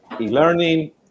e-learning